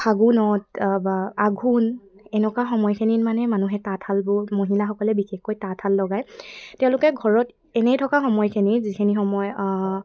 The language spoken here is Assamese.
ফাগুনত বা আঘোণ এনেকুৱা সময়খিনিত মানে মানুহে তাঁতশালবোৰ মহিলাসকলে বিশেষকৈ তাঁতশাল লগায় তেওঁলোকে ঘৰত এনেই থকা সময়খিনি যিখিনি সময়